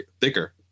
thicker